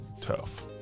tough